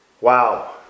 wow